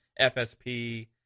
FSP